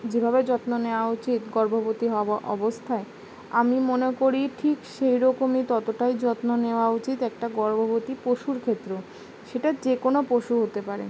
যেভাবে যত্ন নেওয়া উচিত গর্ভবতী অব অবস্থায় আমি মনে করি ঠিক সেই রকমই ততটাই যত্ন নেওয়া উচিত একটা গর্ভবতী পশুর ক্ষেত্রেও সেটা যে কোনও পশু হতে পারে